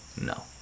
No